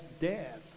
death